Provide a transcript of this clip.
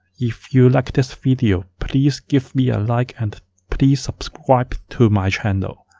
if you like this video, please give me a like and please subscribe to my channel.